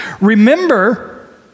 remember